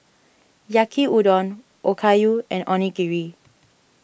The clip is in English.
Yaki Udon Okayu and Onigiri